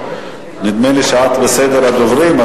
נדמה לי שאת בסדר הדוברים,